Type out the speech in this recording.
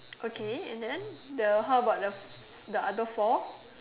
okay and then the how about the the other four